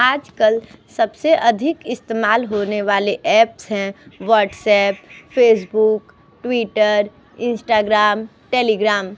आजकल सबसे अधिक इस्तेमाल होने वाले एप्स हैं WhatsApp Facebook Twitter Instagram Telegram